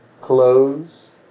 clothes